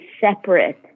separate